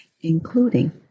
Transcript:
including